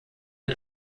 den